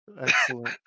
Excellent